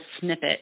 snippet